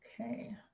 Okay